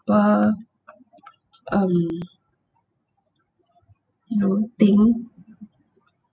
um you know thing